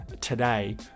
today